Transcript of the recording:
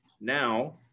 now